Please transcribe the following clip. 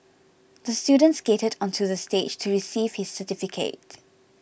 the student skated onto the stage to receive his certificate